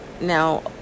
Now